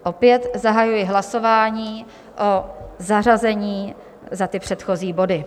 Opět zahajuji hlasování o zařazení za ty předchozí body.